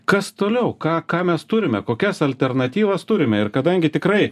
kas toliau ką ką mes turime kokias alternatyvas turime ir kadangi tikrai